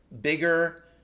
bigger